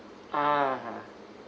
ah